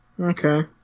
Okay